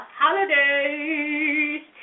holidays